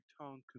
tongue